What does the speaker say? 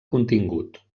contingut